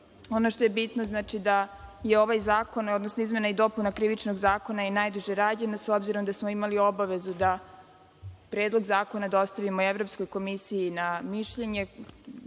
što je bitno je da je ovaj zakon, odnosno izmena i dopuna Krivičnog zakona, i najduže rađen, s obzirom da smo imali obavezu da Predlog zakona dostavimo Evropskoj komisiji na mišljenje.